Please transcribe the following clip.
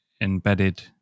embedded